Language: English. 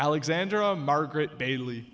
alexandra margaret bail